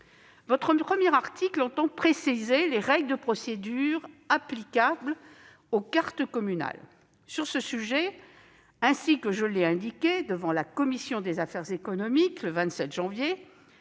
Votre article 1 vise ainsi à préciser les règles de procédure applicables aux cartes communales. Mais, comme je l'ai indiqué devant la commission des affaires économiques le 27 janvier,